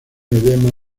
edema